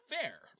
fair